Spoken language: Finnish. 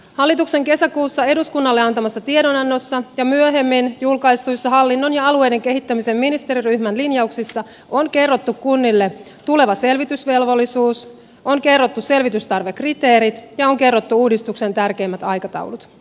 hallituksen kesäkuussa eduskunnalle antamassa tiedonannossa ja myöhemmin julkaistuissa hallinnon ja alueiden kehittämisen ministeriryhmän linjauksissa on kerrottu kunnille tuleva selvitysvelvollisuus on kerrottu selvitystarvekriteerit ja on kerrottu uudistuksen tärkeimmät aikataulut